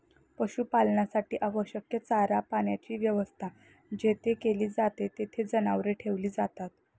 पशुपालनासाठी आवश्यक चारा पाण्याची व्यवस्था जेथे केली जाते, तेथे जनावरे ठेवली जातात